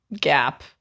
gap